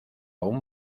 aún